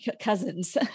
cousins